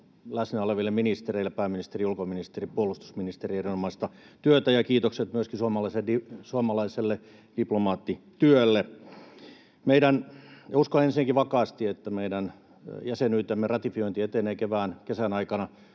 läsnä oleville ministereille — pääministeri, ulkoministeri, puolustusministeri — erinomaisesta työtä, ja kiitokset myöskin suomalaiselle diplomaattityölle. Uskon ensinnäkin vakaasti, että meidän jäsenyytemme ratifiointi etenee kevään, kesän aikana.